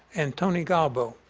and tony galbo,